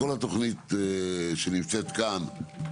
בכל התוכנית שנמצאת כאן,